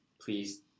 please